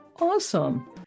Awesome